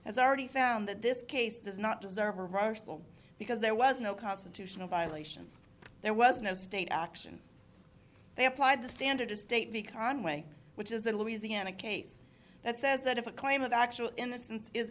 has already found that this case does not deserve a russell because there was no constitutional violation there was no state action they applied the standard to state b conway which is the louisiana case that says that if a claim of actual innocence is